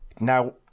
now